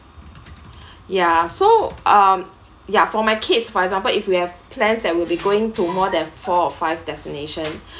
ya so um ya for my kids for example if you have plans that will be going to more than four or five destination